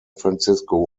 francisco